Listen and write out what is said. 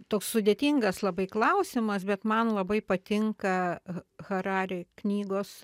toks sudėtingas labai klausimas bet man labai patinka harari knygos